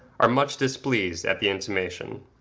are much displeased at the intimation.